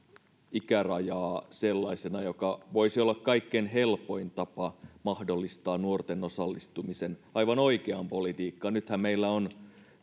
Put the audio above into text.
ikärajaa sellaisena joka voisi olla kaikkein helpoin tapa mahdollistaa nuorten osallistuminen aivan oikeaan politiikkaan nythän meillä on